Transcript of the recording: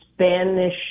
Spanish